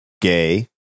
Gay